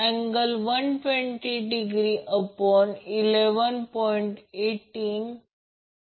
तर त्याच वॅटमीटरचा वापर करून रिअक्टिव पॉवर मोजण्यासाठी येथे करंट कॉइल एका फेजमधे टाकली